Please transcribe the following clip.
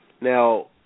Now